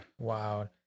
wow